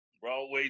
Broadway